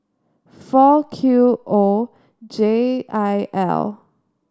four Q O J I L